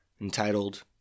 entitled